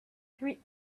three